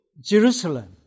Jerusalem